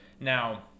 Now